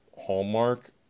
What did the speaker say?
Hallmark